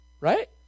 right